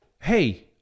hey